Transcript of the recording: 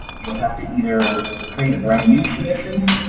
you will have to either create a brand new submission,